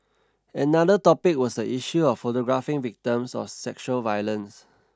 another topic was the issue of photographing victims of sexual violence